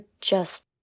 just-